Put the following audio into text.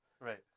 Right